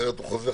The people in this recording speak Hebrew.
אחרת הוא חוזר.